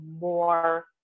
more